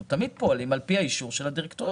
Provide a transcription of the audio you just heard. אנחנו תמיד פועלים על פי האישור של הדירקטוריון.